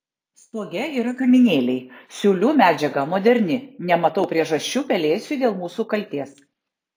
stoge yra kaminėliai siūlių medžiaga moderni nematau priežasčių pelėsiui dėl mūsų kaltės